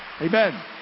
Amen